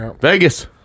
Vegas